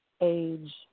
age